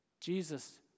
Jesus